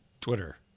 Twitter